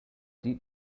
deep